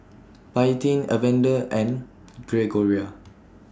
Paityn Evander and Gregoria